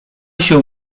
się